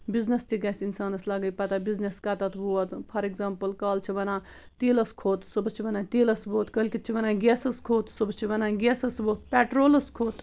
business تہِ گَژھِ اِنسانس لَگٕنۍ پَتہ بِزنِس کَتتھ ووت فار اٮ۪کزامپٕل کالہٕ چھِ وَنان تیٖلس کھوٚت صُبحَس چھِ وَنان تیٖلس ووٚتھ کٲلۍکٮ۪تھ چھِ وَنان گیسَس کھوٚت صُبحَس چھِ وَنان گیسَس ووٚتھ پٮ۪ٹرولَس کھوٚت